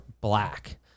black